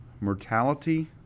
mortality